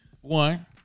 one